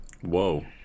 whoa